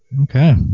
Okay